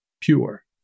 pure